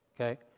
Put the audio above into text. okay